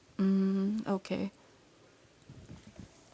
mm okay